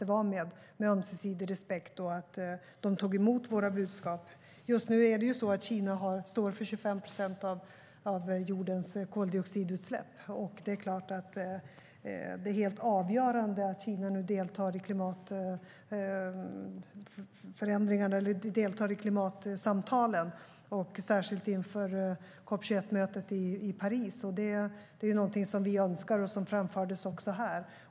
Det skedde med ömsesidig respekt, och de tog emot våra budskap. Just nu står Kina för 25 procent av jordens koldioxidutsläpp. Det är klart att det är helt avgörande att Kina nu deltar i klimatsamtalen, särskilt inför COP 21-mötet i Paris. Det är någonting vi önskar, och det framfördes också här.